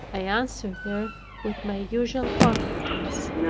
i answered her with my usual confidence,